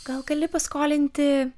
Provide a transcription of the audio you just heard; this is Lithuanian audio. gal gali paskolinti